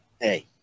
hey